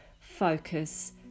focus